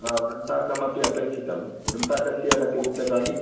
हा वृन्ताकमपि अपेक्षितम् वृन्ताकस्य कति रूप्यकाणि